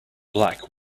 black